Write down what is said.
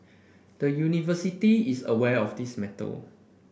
the University is aware of this matter